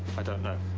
i don't know.